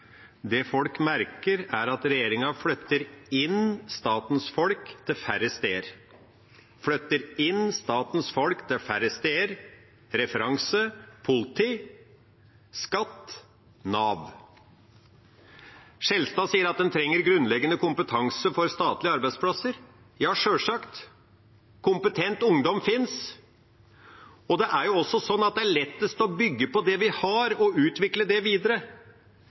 Det folk merker, er at regjeringa flytter inn statens folk til færre steder – flytter inn statens folk til færre steder, jamfør politiet, skatt og Nav. Skjelstad sier at en trenger grunnleggende kompetanse for statlige arbeidsplasser. Ja, sjølsagt. Kompetent ungdom finnes, og det er lettest å bygge på det vi har, og utvikle det videre.